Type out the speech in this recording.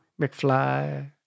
McFly